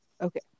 okay